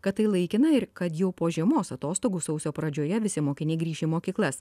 kad tai laikina ir kad jau po žiemos atostogų sausio pradžioje visi mokiniai grįš į mokyklas